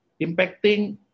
impacting